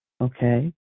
Okay